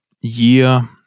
year